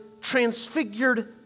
transfigured